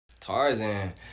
Tarzan